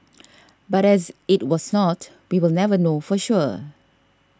but as it was not we will never know for sure